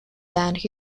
band